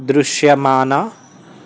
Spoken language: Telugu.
దృశ్యమాన